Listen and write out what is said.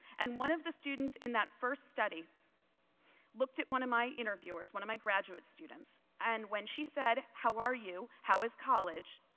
and one of of the students in that first study looked at one of my interviewers, one of my graduate students and when she said how are you, how is college,